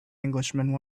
englishman